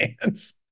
hands